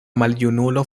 maljunulo